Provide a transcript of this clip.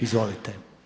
Izvolite.